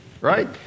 right